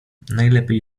najlepiej